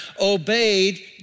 obeyed